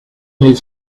his